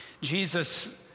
Jesus